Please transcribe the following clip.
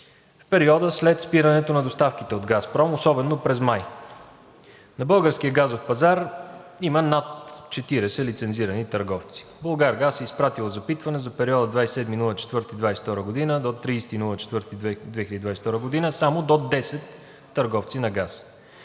в периода след спирането на доставките от „Газпром“, особено през май. На българския газов пазар има над 40 лицензирани търговци. „Булгаргаз“ е изпратило запитване за периода 27 април 2022 г. – 30 април 2022 г. само до 10 търговци на газ.